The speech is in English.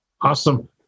Awesome